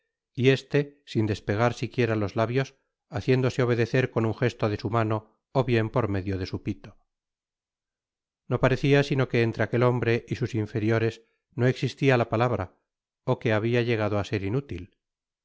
y este sin despegar siquiera los labios haciéndose obedecer con un gesto de su mano ó bien por medio de su pito no parecia sino que entre aquel hombre y sus inferiores no existia la palabra ó que habia ltegado á ser inútil